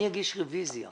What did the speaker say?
אני אגיש רביזיה.